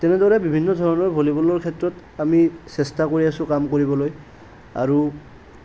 তেনেদৰে বিভিন্ন ধৰণৰ ভলীবলৰ ক্ষেত্ৰত আমি চেষ্টা কৰি আছোঁ কাম কৰিবলৈ আৰু